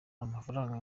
amafaranga